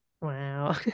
Wow